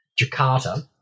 Jakarta